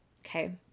Okay